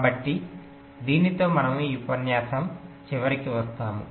కాబట్టి దీనితో మనము ఈ ఉపన్యాసం చివరికి వస్తాము